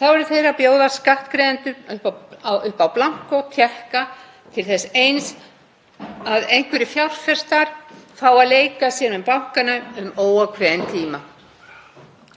þá eru þeir að bjóða skattgreiðendum upp á óútfylltan tékka til þess eins að einhverjir fjárfestar fái að leika sér með bankana um óákveðinn tíma.